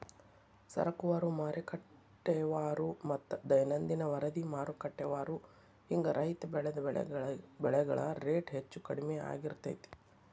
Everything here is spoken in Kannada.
ಸರಕುವಾರು, ಮಾರುಕಟ್ಟೆವಾರುಮತ್ತ ದೈನಂದಿನ ವರದಿಮಾರುಕಟ್ಟೆವಾರು ಹಿಂಗ ರೈತ ಬೆಳಿದ ಬೆಳೆಗಳ ರೇಟ್ ಹೆಚ್ಚು ಕಡಿಮಿ ಆಗ್ತಿರ್ತೇತಿ